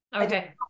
Okay